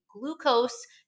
glucose